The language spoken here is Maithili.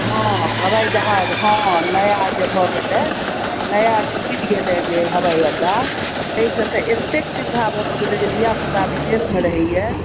हॅं हवाई जहाज हॅं नया जे भऽ गेलै नया जे खूजि गेलै जे हवाई अड्डा ताहि सॅं एतेक सुविधा भऽ गेलै जे धीयापुता विदेश मे रहैया